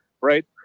right